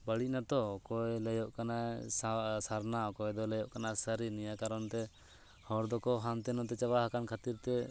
ᱵᱟᱹᱲᱤᱡ ᱮᱱᱟᱛᱚ ᱚᱠᱚᱭ ᱞᱟᱹᱭᱚᱜ ᱠᱟᱱᱟᱭ ᱥᱟ ᱥᱟᱨᱱᱟ ᱚᱠᱚᱭ ᱫᱚᱭ ᱞᱟᱹᱭᱚᱜ ᱠᱟᱱᱟ ᱥᱟᱹᱨᱤ ᱱᱤᱭᱟᱹ ᱠᱟᱨᱚᱱᱛᱮ ᱦᱚᱲ ᱫᱚᱠᱚ ᱦᱟᱱᱛᱮ ᱱᱟᱛᱮ ᱪᱟᱵᱟᱣᱟᱠᱟᱱ ᱠᱷᱟᱹᱛᱤᱨ ᱛᱮ